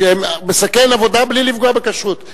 מסכן עבודה בלי לפגוע בכשרות.